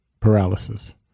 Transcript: Paralysis